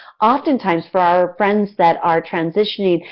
oftentimes for our friend that are transitioning,